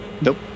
Nope